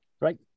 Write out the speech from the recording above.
Right